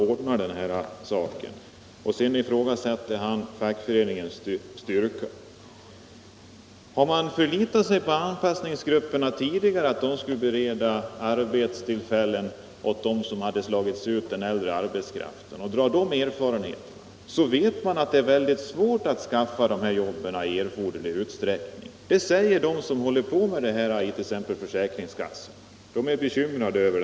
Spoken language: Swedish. Sedan ifrågasatte han fackföreningens styrka. Har man förlitat sig på anpassningsgrupperna tidigare — att de skulle bereda arbetstillfällen åt den äldre arbetskraften som hade slagits ut — och drar erfarenheterna därav, så vet man att det är väldigt svårt att skaffa dessa jobb i erforderlig utsträckning. De som håller på med detta, t.ex. i försäkringskassan, är bekymrade.